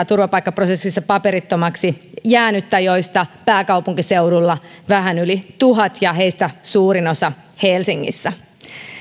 turvapaikkaprosessissa paperittomaksi jäänyttä joista pääkaupunkiseudulla vähän yli tuhat ja heistä suurin osa helsingissä